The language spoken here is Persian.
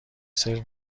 سرو